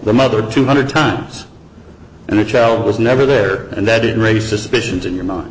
the mother two hundred times and the child was never there and that did raise suspicions in your mind